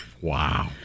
Wow